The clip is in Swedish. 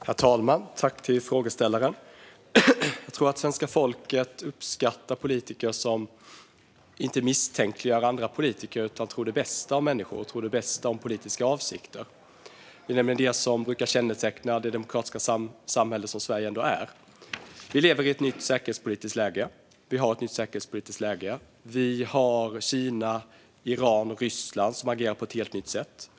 Herr talman! Jag tackar för frågan. Jag tror att svenska folket uppskattar politiker som inte misstänkliggör andra politiker utan tror det bästa om människor och om politiska avsikter. Det är nämligen det som brukar känneteckna det demokratiska samhälle som Sverige ändå är. Vi har ett nytt säkerhetspolitiskt läge att leva i. Kina, Iran och Ryssland agerar på ett helt nytt sätt.